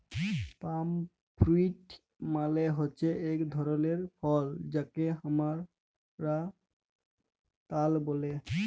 পাম fruit মালে হচ্যে এক ধরলের ফল যাকে হামরা তাল ব্যলে